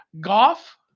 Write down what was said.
golf